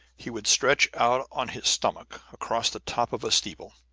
he would stretch out on his stomach across the top of a steeple,